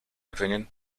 opinion